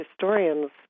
historians